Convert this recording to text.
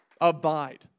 Abide